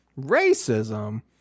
racism